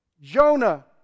Jonah